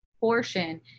portion